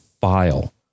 file